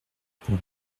pour